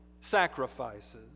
sacrifices